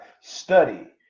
study